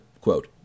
quote